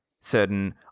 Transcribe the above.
certain